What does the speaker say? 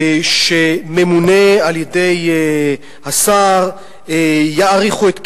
שממונה על-ידי השר, יאריכו את כהונתו,